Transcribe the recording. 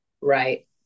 Right